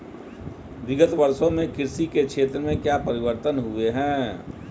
विगत वर्षों में कृषि के क्षेत्र में क्या परिवर्तन हुए हैं?